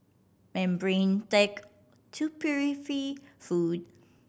membrane tech to purify food